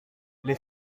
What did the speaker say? les